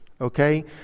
okay